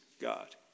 God